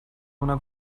una